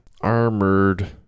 Armored